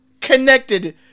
connected